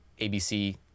ABC